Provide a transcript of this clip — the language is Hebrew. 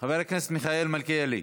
חבר הכנסת מיכאל מלכיאלי,